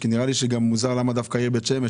כי נראה לי גם מוזר למה דווקא העיר בית שמש?